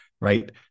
right